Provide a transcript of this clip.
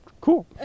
cool